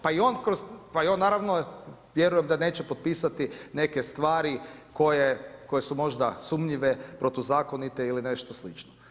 Pa i on naravno vjerujem da neće potpisati neke stvari koje su možda sumnjive, protuzakonite ili nešto slično.